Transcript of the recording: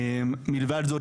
מלבד זאת,